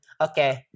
Okay